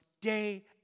day